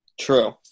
True